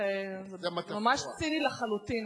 אבל סתם לצורך, ממש ציני לחלוטין.